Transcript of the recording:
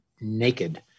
naked